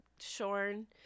Shorn